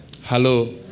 Hello